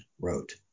wrote